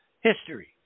history